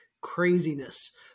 craziness